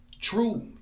True